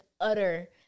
utter